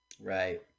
Right